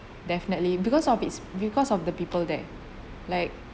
definitely because of its because of the people there like